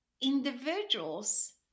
individuals